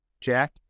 Jack